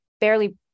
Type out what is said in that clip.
barely